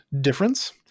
difference